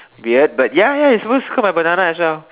weird but ya ya she's supposed to cut my banana as well